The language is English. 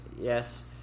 yes